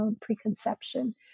preconception